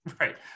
right